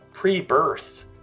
pre-birth